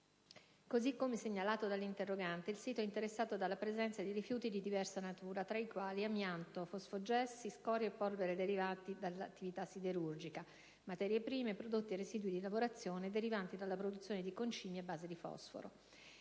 Così come segnalato dall'interrogante, il sito è interessato dalla presenza di rifiuti di diversa natura, tra i quali amianto, fosfogessi, scorie e polveri derivanti dall'attività siderurgica, materie prime, prodotti e residui di lavorazione derivanti dalla produzione di concimi a base di fosforo.